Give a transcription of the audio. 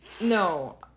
No